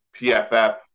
PFF